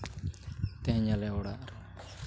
ᱛᱮᱦᱤᱧ ᱟᱞᱮ ᱚᱲᱟᱜ ᱨᱮ